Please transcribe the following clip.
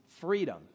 freedom